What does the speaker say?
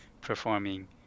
performing